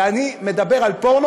ואני מדבר על פורנו,